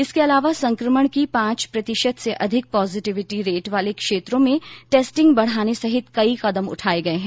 इसके अलावा संक्रमण की पांच प्रतिशत से अधिक पॉजीटिविटी रेट वाले क्षेत्रों में टेस्टिंग बढ़ाने सहित कई कदम उठाए गए हैं